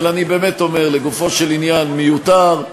אבל אני באמת אומר, לגופו של עניין, מיותר,